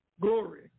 glory